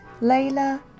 Layla